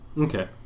Okay